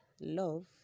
Love